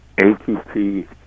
ATP